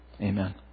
Amen